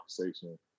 conversation